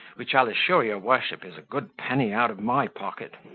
which, i'll assure your worship, is a good penny out of my pocket.